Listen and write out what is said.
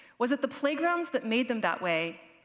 was it the playgrounds that made them that way,